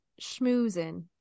schmoozing